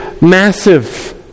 massive